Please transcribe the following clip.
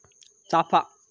चाफा